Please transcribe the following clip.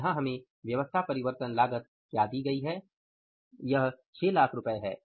तो यहां हमें व्यवस्था परिवर्तन लागत क्या दी गई है यह 600000 है